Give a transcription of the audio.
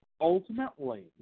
ultimately